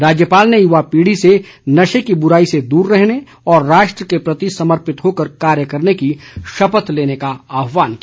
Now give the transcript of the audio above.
राज्यपाल ने युवा पीढ़ी से नशे की बुराई से दूर रहने और राष्ट्र के प्रति समर्पित होकर कार्य करने की शपथ लेने का आह्वान किया